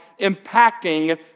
impacting